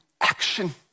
action